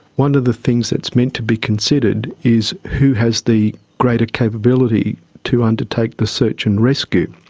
one of the things that's meant to be considered is who has the greater capability to undertake the search and rescue.